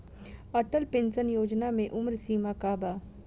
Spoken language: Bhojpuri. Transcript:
अटल पेंशन योजना मे उम्र सीमा का बा?